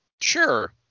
sure